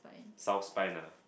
South Spine nah